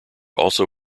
also